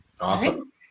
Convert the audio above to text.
Awesome